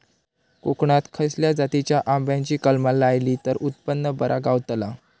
कोकणात खसल्या जातीच्या आंब्याची कलमा लायली तर उत्पन बरा गावताला?